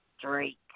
Drake